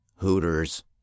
Hooters